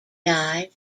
died